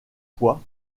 pois